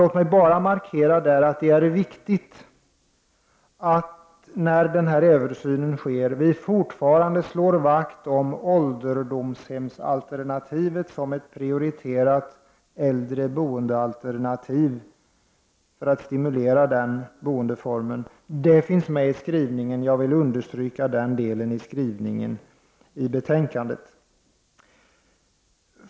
Låt mig här markera att det är viktigt att vi när denna översyn skett fortfarande slår vakt om ålderdomshem som ett prioriterat boendealternativ för äldre för att stimulera den boendeformen. Detta finns med i utskottets skrivning, och jag vill understryka det som står i den delen av betänkandet.